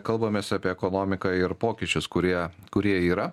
kalbamės apie ekonomiką ir pokyčius kurie kurie yra